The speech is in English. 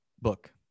book